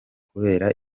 kubera